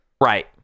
right